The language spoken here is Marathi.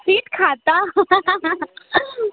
सीट खाता